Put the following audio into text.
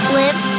live